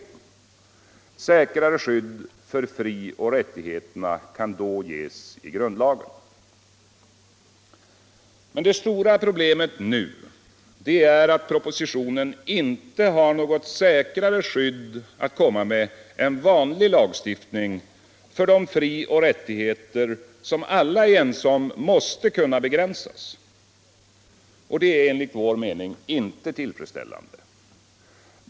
Ett säkrare skydd för frioch rättigheterna kan då ges i grundlagen. Det stora problemet nu är att propositionen inte har något säkrare skydd att komma med än vanlig lagstiftning för de frioch rättigheter alla är ense om måste kunna begränsas. Detta är enligt vår mening inte tillfredsställande.